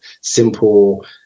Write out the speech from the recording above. simple